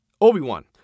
Obi-Wan